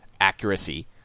accuracy